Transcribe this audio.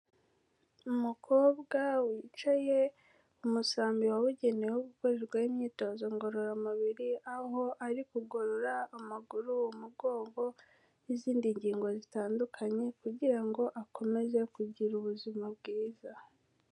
Umukobwa wicaye, ku musambi wabugenewe wo gukorerwaho imyitozo ngororamubiri, aho ari kugorora amaguru, umugongo, n'izindi ngingo zitandukanye, kugira ngo akomeze kugira ubuzima bwiza.